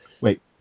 Wait